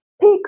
pick